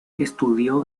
estudió